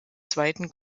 zweiten